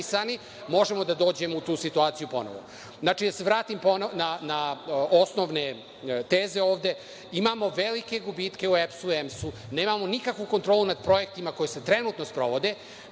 možemo da dođemo u tu situaciju ponovo. Da se vratim na osnovne teze. Imamo velike gubitke u EMS-u, nemamo nikakvu kontrolu nad projektima koji se trenutno sprovode.